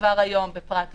כבר היום בפרט (ו),